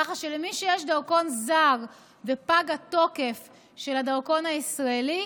כך שמי שיש לו דרכון זר ופג התוקף של הדרכון הישראלי,